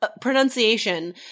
pronunciation